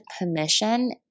permission